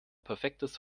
perfektes